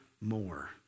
more